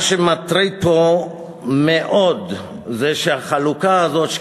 מה שמטריד פה מאוד זה שהחלוקה הזאת,